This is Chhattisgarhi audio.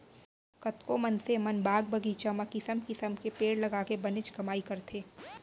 कतको मनसे मन बाग बगीचा म किसम किसम के पेड़ लगाके बनेच कमाई करथे